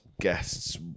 guests